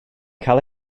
cael